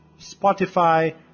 Spotify